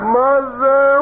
mother